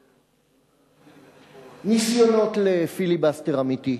בניסיונות לפיליבסטר אמיתי,